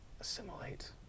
assimilate